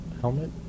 helmet